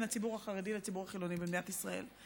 הציבור החרדי לציבור החילוני במדינת ישראל.